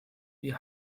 wie